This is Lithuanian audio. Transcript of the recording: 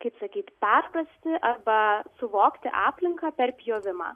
kaip sakyt perprasti arba suvokti aplinką per pjovimą